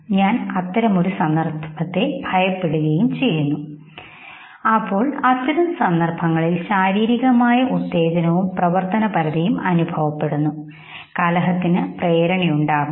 ഞാൻ ആ സന്ദർഭത്തെ ഭയപ്പെടും അപ്പോൾ അത്തരം സന്ദർഭങ്ങളിൽ ശാരീരികമായ ഉത്തേജനവും പ്രവർത്തനപരതയും അനുഭവപ്പെടുന്നു കലഹത്തിന് പ്രേരണ ഉണ്ടാകുന്നു